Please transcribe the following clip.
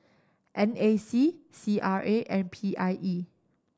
N A C C R A and P I E